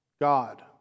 God